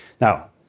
Now